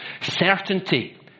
Certainty